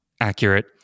Accurate